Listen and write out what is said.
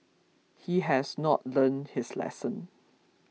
he has not learnt his lesson